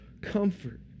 comfort